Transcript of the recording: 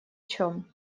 чем